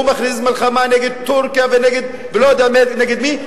הוא מכריז מלחמה נגד טורקיה ולא יודע נגד מי,